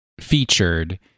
featured